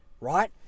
right